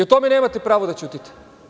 O tome nemate pravo da ćutite.